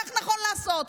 כך נכון לעשות.